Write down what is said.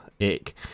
ick